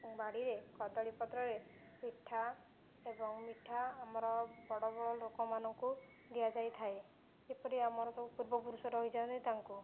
ବାଡ଼ିରେ କଦଳୀ ପତ୍ରରେ ପିଠା ଏବଂ ମିଠା ଆମର ବଡ଼ ବଡ଼ ଲୋକମାନଙ୍କୁ ଦିଆଯାଇଥାଏ ଯେପରି ଆମର ସବୁ ପୂର୍ବପୁରୁଷ ରହିଛନ୍ତି ତାଙ୍କୁ